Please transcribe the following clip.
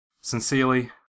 Sincerely